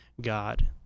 God